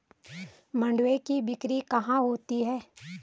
मंडुआ की बिक्री कहाँ होती है?